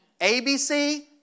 ABC